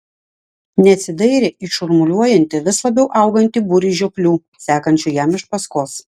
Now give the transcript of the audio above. nesidairė į šurmuliuojantį vis labiau augantį būrį žioplių sekančių jam iš paskos